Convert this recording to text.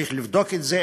צריך לבדוק את זה,